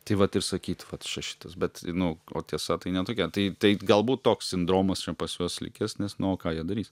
tai vat ir sakyt vat čia šitas bet nu o tiesa tai ne tokia tai tai galbūt toks sindromas pas juos likęs nes na o ką jie darys